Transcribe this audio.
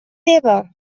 eva